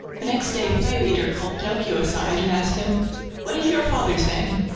the next day fire eater called pinocchio aside and asked him what is your father's name?